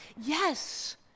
Yes